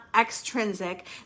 extrinsic